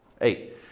eight